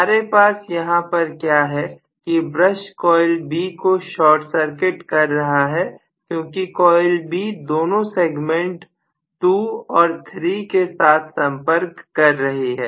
हमारे पास यहां पर क्या है कि ब्रश कॉइल B को शार्ट सर्किट कर रहा है क्योंकि कॉइल B दोनों सेगमेंट 2 और 3 के साथ संपर्क कर रही है